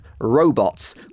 robots